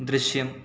ദൃശ്യം